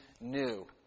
new